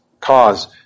cause